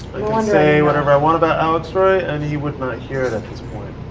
say whatever i want about alex roy and he would not hear it at this point.